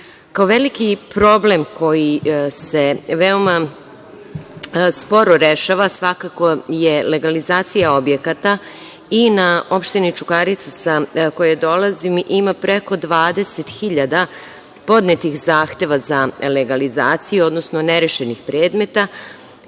veliki problem koji se veoma sporo rešava, svakako je legalizacija objekata i na Opštini Čukarica sa koje dolazim ima preko 20.000 podnetih zahteva za legalizaciju, odnosno nerešenih predmeta,